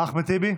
אחמד טיבי,